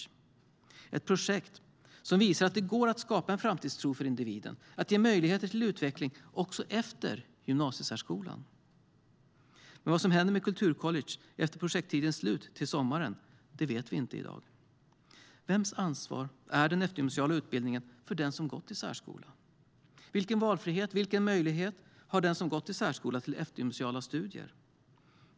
Det är ett projekt som visar att det går att skapa en framtidstro för individen och att ge möjligheter till utveckling också efter gymnasiesärskolan. Men vad som händer med SV Kulturcollege efter projekttidens slut till sommaren vet vi inte i dag. Vems ansvar är den eftergymnasiala utbildningen för den som gått i särskola? Vilken valfrihet och vilken möjlighet har den som gått i särskola till eftergymnasiala studier?